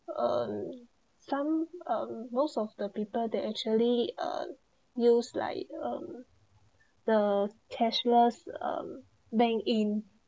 um some um most of the people that actually uh use like um the cashless um bank in